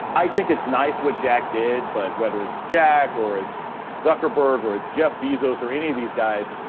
i think it's nice what jack did. but whether it's jack or it's zuckerberg or it's jeff bezos or any of these guys,